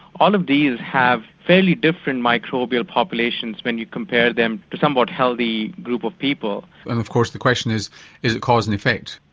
all of these have fairly different microbial populations when you compare them to a somewhat healthy group of people. and of course the question is, is it cause and effect?